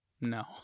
No